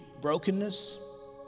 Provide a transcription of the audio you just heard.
brokenness